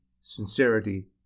sincerity